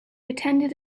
attended